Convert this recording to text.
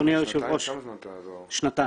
כמה זמן אתה לא --- שנתיים.